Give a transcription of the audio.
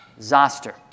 Zoster